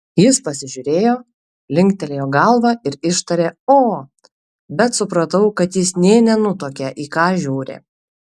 jis pasižiūrėjo linktelėjo galva ir ištarė o bet supratau kad jis nė nenutuokia į ką žiūri